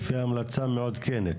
לפי ההמלצה המעודכנת.